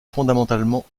fondamentalement